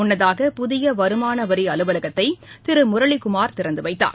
முன்னதாக புதிய வருமான வரி அலுவலகத்தை திரு முரளிகுமார் திறந்துவைத்தார்